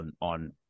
on